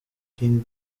king